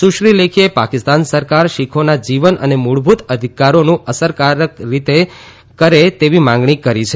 સુશ્રી લેખીએ પાકિસ્તાન સરકાર શીખોના જીવન અને મૂળભૂત અધિકારોનું અસરકારક રીતે કરે તેવી માંગણી કરી છે